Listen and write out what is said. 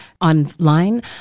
online